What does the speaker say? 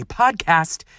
podcast